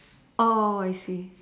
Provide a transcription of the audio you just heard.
oh I see